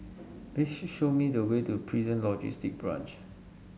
please show me the way to Prison Logistic Branch